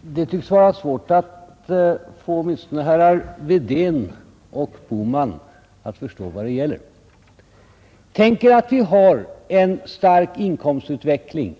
Fru talman! Det tycks vara svårt att få åtminstone herrar Wedén och Bohman att förstå vad saken gäller. Tänk er att vi under ett givet år har en stark inkomstutveckling,